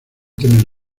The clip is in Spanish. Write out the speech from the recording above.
tener